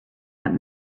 that